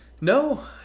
no